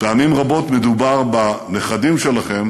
פעמים רבות מדובר בנכדים שלכם